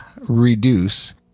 reduce